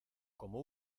como